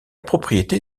propriété